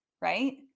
right